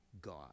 God